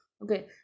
Okay